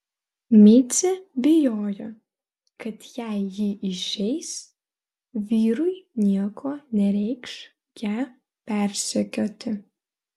micė bijojo kad jei ji išeis vyrui nieko nereikš ją persekioti